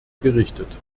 gerichtet